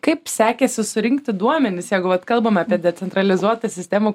kaip sekėsi surinkti duomenis jeigu vat kalbame apie decentralizuotą sistemą